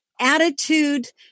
attitude